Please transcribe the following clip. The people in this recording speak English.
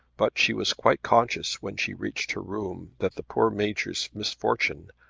but she was quite conscious when she reached her room that the poor major's misfortune,